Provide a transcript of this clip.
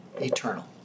eternal